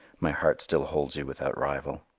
my heart still holds you without rival.